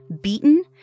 beaten